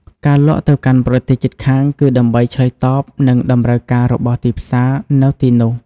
ការលក់ទៅកាន់ប្រទេសជិតខាងគឺដើម្បីឆ្លើយតបនឹងតម្រូវការរបស់ទីផ្សារនៅទីនោះ។